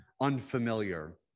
unfamiliar